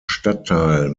stadtteil